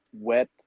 wet